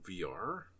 VR